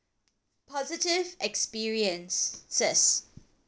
positive experiences